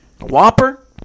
Whopper